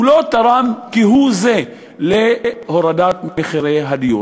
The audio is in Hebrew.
לא תרם כהוא זה להורדת מחירי הדיור.